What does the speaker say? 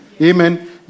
Amen